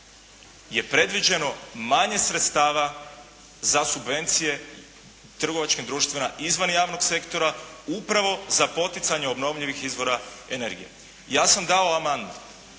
je predviđeno manje sredstava za subvencije trgovačkim društvima izvan javnog sektora upravo za poticanje obnovljivih izvora energije. Ja sam dao amandman.